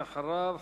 ואחריו,